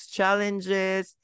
challenges